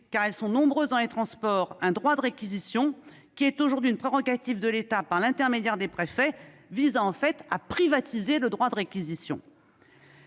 privées, nombreuses dans les transports, un droit de réquisition qui est aujourd'hui une prérogative de l'État par l'intermédiaire des préfets vise, en fait, à privatiser le droit de réquisition.